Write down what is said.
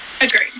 Agree